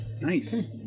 Nice